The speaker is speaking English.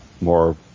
more